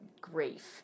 grief